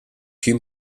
più